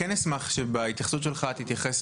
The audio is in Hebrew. מתנצל על האיחור הייתי בוועדת שרים חקיקה.